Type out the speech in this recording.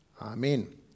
Amen